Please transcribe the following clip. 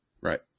right